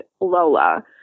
Lola